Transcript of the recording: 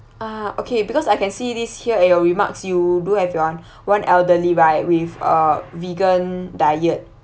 uh okay because I can see this here at your remarks you do you have your one elderly right with a vegan diet